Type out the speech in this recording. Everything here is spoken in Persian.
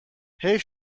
حیف